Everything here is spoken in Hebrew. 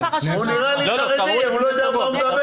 הוא נראה לי חרדי, הוא לא יודע מה הוא מדבר?